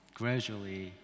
gradually